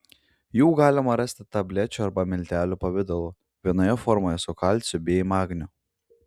jų galima rasti tablečių arba miltelių pavidalu vienoje formoje su kalciu bei magniu